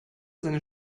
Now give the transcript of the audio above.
seine